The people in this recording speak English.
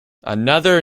another